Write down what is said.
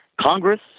Congress